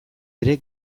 ere